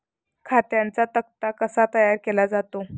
खात्यांचा तक्ता कसा तयार केला जातो?